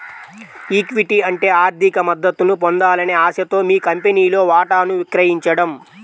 equity అంటే ఆర్థిక మద్దతును పొందాలనే ఆశతో మీ కంపెనీలో వాటాను విక్రయించడం